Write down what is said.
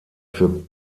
für